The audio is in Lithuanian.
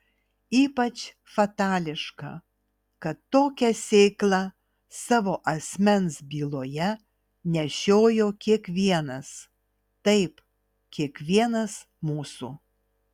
ypač fatališka kad tokią sėklą savo asmens byloje nešiojo kiekvienas taip kiekvienas mūsų